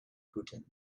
putin